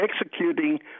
executing